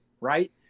right